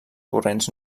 corrents